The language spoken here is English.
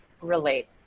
relate